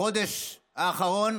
בחודש האחרון